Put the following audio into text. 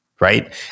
right